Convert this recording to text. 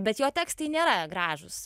bet jo tekstai nėra gražūs